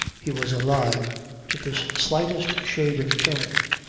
he was alive to the slightest shade of tone,